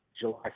July